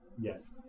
Yes